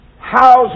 houses